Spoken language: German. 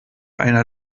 einer